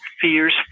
Fears